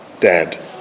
dad